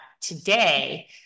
today